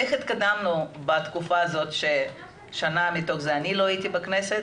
איך התקדמנו בתקופה הזאת ששנה מתוכה לא הייתי בכנסת,